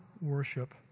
Worship